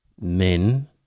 men